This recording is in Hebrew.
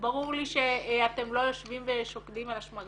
ברור לי שאתם לא יושבים ושוקדים על השמרים,